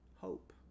hope